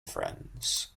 friends